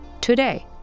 today